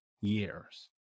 years